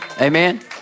Amen